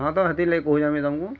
ହଁ ତ ସେଥିର୍ ଲାଗି କହୁଛେ ମୁଇଁ ତମକୁ